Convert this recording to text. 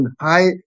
high